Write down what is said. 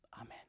Amen